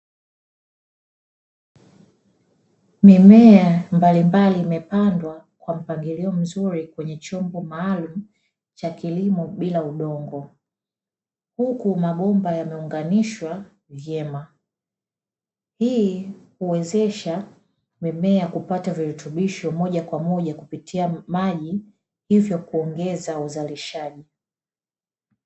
Mimea mbalimbali imepandwa kwa mpangilio mzuri kwenye chombo maalumu cha kilimo bila udongo, huku mabomba yameunganishwa vyema. Hii huwezesha mimea kupata virutubisho moja kwa moja kupitia maji hivyo kuongeza uzalishaji.